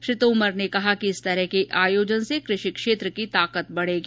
श्री तोमर ने कहा कि इस तरह के आयोजन से कृषि क्षेत्र की ताकत बढ़ेगी